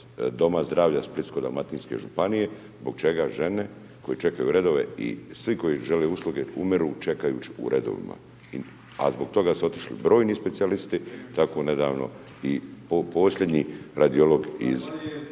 Doma zdravlja Splitsko-dalmatinske županije, zbog čega žene koje čekaju redove i svi koji žele usluge umiru čekajući u redovima. A zbog toga su otišli brojni specijalisti, tako nedavno i posljednji radiolog iz